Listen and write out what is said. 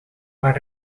maar